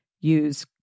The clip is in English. Use